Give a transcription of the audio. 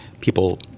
people